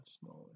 smaller